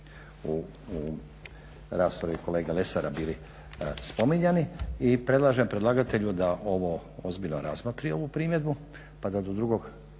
u raspravi kolege Lesara bili spominjani. I predlažem predlagatelju da ovo ozbiljno razmotri ovu primjedbu pa da do drugog